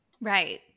Right